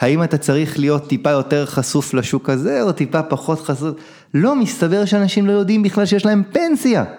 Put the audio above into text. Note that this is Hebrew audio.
האם אתה צריך להיות טיפה יותר חשוף לשוק הזה, או טיפה פחות חשוף? לא מסתבר שאנשים לא יודעים בכלל שיש להם פנסיה.